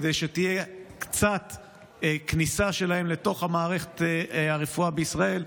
כדי שתהיה קצת כניסה שלהם לתוך מערכת הרפואה בישראל,